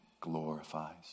glorifies